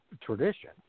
tradition